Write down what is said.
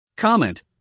Comment